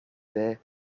there